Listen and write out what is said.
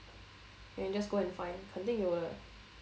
can just go and find 肯定有的